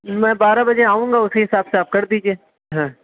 میں بارہ بجے آؤں گا اسی حساب سے آپ کر دیجیے ہاں